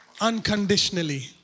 unconditionally